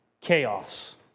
Chaos